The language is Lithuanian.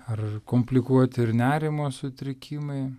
ar komplikuoti ir nerimo sutrikimai